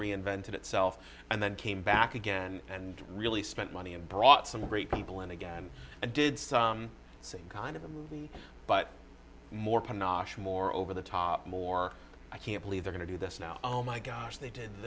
reinvented itself and then came back again and really spent money and brought some great people and again i did see kind of a movie but more panache more over the top more i can't believe we're going to do this now oh my gosh they did